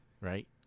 right